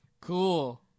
Cool